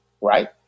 Right